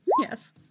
Yes